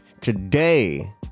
Today